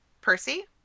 Percy